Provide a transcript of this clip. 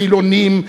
חילונים,